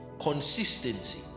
consistency